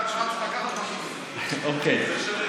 אוקיי.